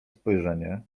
spojrzenie